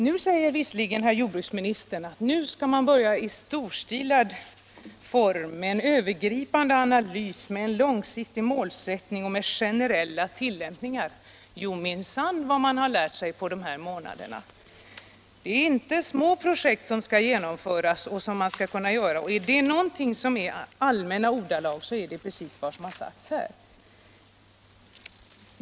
Nu säger visserligen jordbruksministern att man skall börja i stor stil med en övergripande analys, med långsiktiga mål och med generella tillämpningar. Jo minsann, vad man har lärt sig på de här månaderna! Det är inte små projekt som skall genomföras, och är det någonting som är allmänna ordalag, så är det just detta.